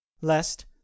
lest